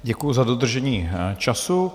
Děkuji za dodržení času.